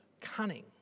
cunning